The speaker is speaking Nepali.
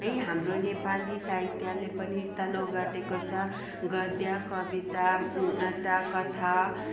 है हाम्रो नेपाली साहित्यले पनि स्थान ओगटेको छ गद्य कविता अन्त कथा